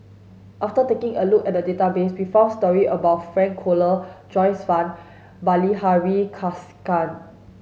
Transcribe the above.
after taking a look at the database we found story about Frank Cloutier Joyce Fan Bilahari Kausikan